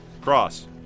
Cross